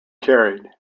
carried